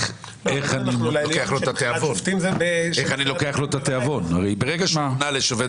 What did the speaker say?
מעיד על כך שאתה כופר במודל התהליכי או הדיאלוגי בין הרשויות.